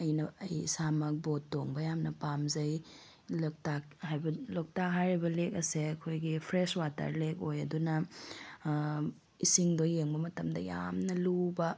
ꯑꯩꯅ ꯑꯩ ꯏꯁꯥꯃꯛ ꯕꯣꯠ ꯇꯣꯡꯕ ꯌꯥꯝꯅ ꯄꯥꯝꯖꯩ ꯂꯣꯛꯇꯥꯛ ꯍꯥꯏꯕ ꯂꯣꯛꯇꯥꯛ ꯍꯥꯏꯔꯤꯕ ꯂꯦꯛ ꯑꯁꯦ ꯑꯩꯈꯣꯏꯒꯤ ꯐ꯭ꯔꯦꯁ ꯋꯥꯇꯔ ꯂꯦꯛ ꯑꯣꯏ ꯑꯗꯨꯅ ꯏꯁꯤꯡꯗꯣ ꯌꯦꯡꯕ ꯃꯇꯝꯗ ꯌꯥꯝꯅ ꯂꯨꯕ